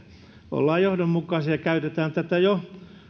ollaan johdonmukaisia ja käytetään tätä